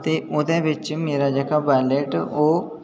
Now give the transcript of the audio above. ते ओह्दे बिच्च मेरा जेह्का बैलेट ओह्